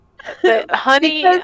Honey